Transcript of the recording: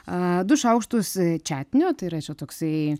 a du šaukštus čiatnio tai yra čia toksai